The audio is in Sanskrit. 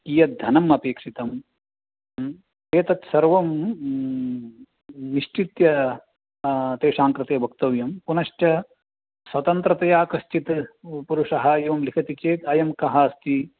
कियद्धनम् अपेक्षितं एतत् सर्वं निश्चित्य तेषां कृते वक्तव्यं पुनश्च स्वतन्त्रतया कश्चित् पुरुषः एवं लिखति चेत् अयं कः अस्ति